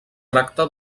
tracta